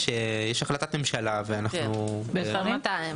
יש החלטת ממשלה ואנחנו --- כן, מתי?